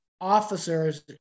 officers